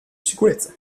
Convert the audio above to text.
sicurezza